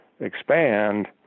expand